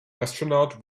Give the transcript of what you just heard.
astronaut